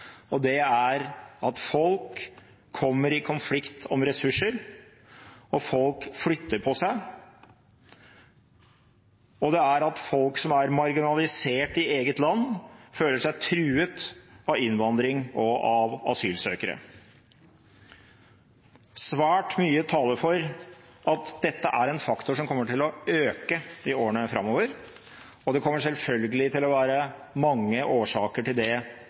og det er at folk kommer i konflikt om ressurser. Folk flytter på seg, og folk som er marginalisert i eget land, føler seg truet av innvandring og av asylsøkere. Svært mye taler for at dette er faktorer som kommer til å øke i årene framover, og det kommer selvfølgelig til å være mange årsaker til